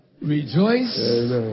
Rejoice